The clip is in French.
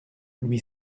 lui